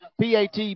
PAT